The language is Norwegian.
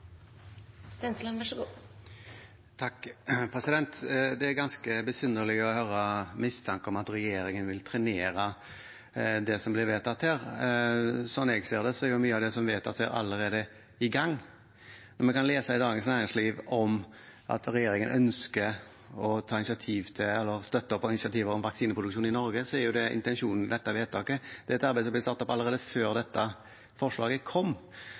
ganske besynderlig å høre mistanke om at regjeringen vil trenere det som blir vedtatt her. Som jeg ser det, er mye av det som vedtas, allerede i gang. Vi kan lese i Dagens Næringsliv om at regjeringen ønsker å støtte opp om og ta initiativ til vaksineproduksjon i Norge, og det er intensjonen med dette vedtaket. Dette arbeidet ble satt opp allerede før dette forslaget kom,